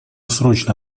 срочно